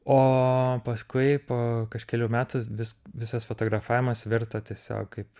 o paskui po kažkelių metų vis visas fotografavimas virto tiesiog kaip